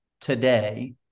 today